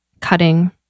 cutting